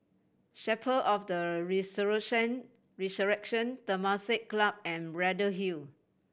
Chapel of the Resurrection Resurrection Temasek Club and Braddell Hill